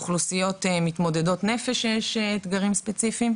אוכלוסיות מתמודדות נפש עם אתגרים ספציפיים.